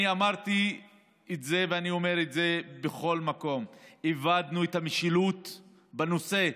אני אמרתי את זה ואני אומר את זה בכל מקום: איבדנו את המשילות בנושא,